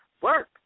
Work